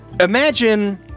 Imagine